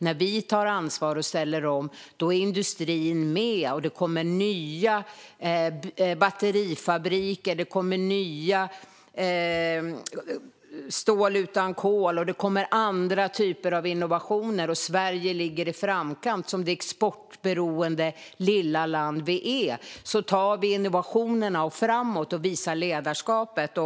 När vi tar ansvar och ställer om är industrin med. Det kommer nya batterifabriker, stål utan kol, nya innovationer - Sverige ligger i framkant. Som det exportberoende lilla land vi är tar vi innovationerna framåt och visar ledarskap.